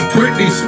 Britney